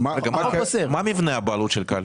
לא נאמר דבר כזה.